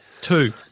Two